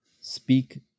speak